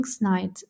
night